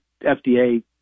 FDA